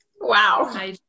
wow